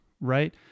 right